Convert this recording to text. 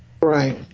Right